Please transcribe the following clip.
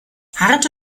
harte